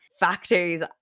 Factors